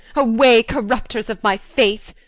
away, corrupters of my faith!